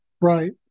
Right